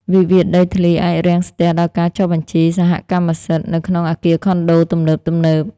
វិវាទដីធ្លីអាចរាំងស្ទះដល់ការចុះបញ្ជីសហកម្មសិទ្ធិ នៅក្នុងអគារខុនដូទំនើបៗ។